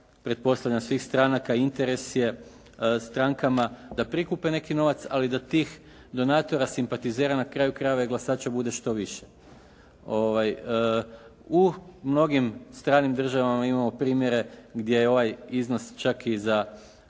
pretpostavljam svih stranaka interes je strankama da prikupe neki novac, ali da tih donatora, simpatizera, na kraju krajeva i glasača bude što više. U mnogim stranim državama imamo primjere gdje ovaj iznos čak i za